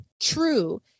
true